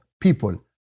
people